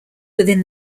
within